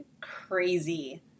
crazy